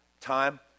time